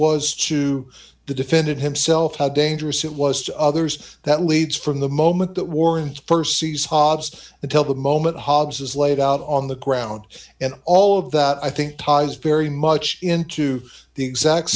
was to the defendant himself how dangerous it was to others that leads from the moment that warrant st sees hobbs until the moment hobbs is laid out on the ground and all of that i think ties very much into the exact